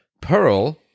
Pearl